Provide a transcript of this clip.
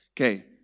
Okay